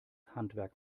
handwerk